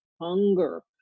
hunger